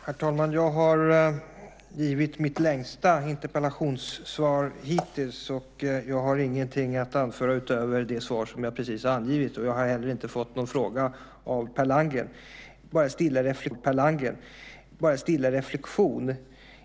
Herr talman! Jag har givit mitt längsta interpellationssvar hittills, och jag har ingenting att anföra utöver det svar som jag precis har angivit. Jag har heller inte fått någon fråga av Per Landgren. Jag har bara en stilla reflexion.